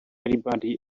anybody